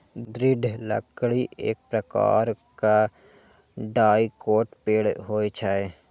दृढ़ लकड़ी एक प्रकारक डाइकोट पेड़ होइ छै